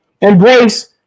embrace